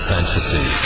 Fantasy